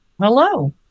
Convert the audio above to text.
Hello